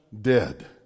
dead